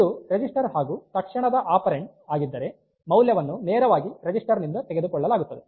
ಇದು ರಿಜಿಸ್ಟರ್ ಹಾಗು ತಕ್ಷಣದ ಆಪೆರಾನ್ಡ್ ಆಗಿದ್ದರೆ ಮೌಲ್ಯವನ್ನು ನೇರವಾಗಿ ರಿಜಿಸ್ಟರ್ ನಿಂದ ತೆಗೆದುಕೊಳ್ಳಲಾಗುತ್ತದೆ